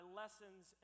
lessons